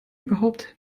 überhaupt